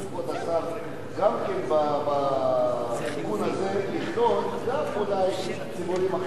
התיקון הזה יכלול גם אולי ציבורים אחרים שהם מודרים?